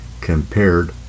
compared